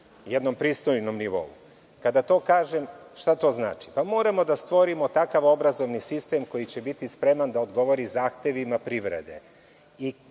jednom pristojnom nivou. Kada to kažem, šta to znači? Moramo da stvorimo takav obrazovni sistem koji će biti spreman da odgovori zahtevima privrede